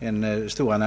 en analys i en rapport.